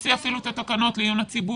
הוציא אפילו את התקנות לעיון הציבור,